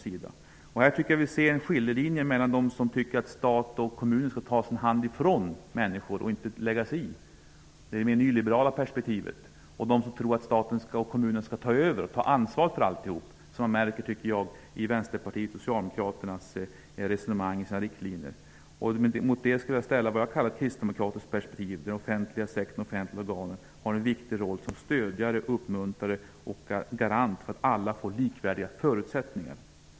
Vi kan här se en skiljelinje mellan dem som tycker att stat och kommun skall ta sin hand ifrån människor och inte lägga sig i -- det mera nyliberala perspektivet -- och dem som menar att stat och kommun skall ta över ansvaret för alltihop. Jag tycker att man märker detta i Vänsterpartiets och Mot detta vill jag ställa vad jag kallar det kristdemokratiska perspektivet, där den offentliga sektorn och de offentliga organen har en viktig roll som stödjare, uppmuntrare och garanter för att alla får likvärdiga förutsättningar.